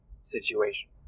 situation